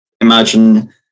imagine